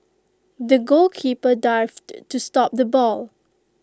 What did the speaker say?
the goalkeeper dived to stop the ball